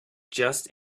just